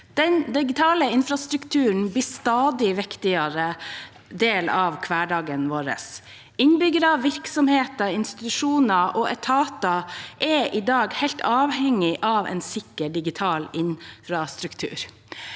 Den digitale infrastrukturen blir en stadig viktigere del av hverdagen vår. Innbyggere, virksomheter, institusjoner og etater er i dag helt avhengig av en sikker digital infrastruktur.